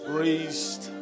raised